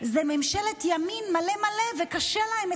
זו ממשלת ימין מלא מלא, וקשה להם.